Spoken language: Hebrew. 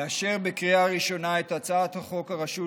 לאשר בקריאה ראשונה את הצעת חוק הרשות